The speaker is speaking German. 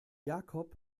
jakob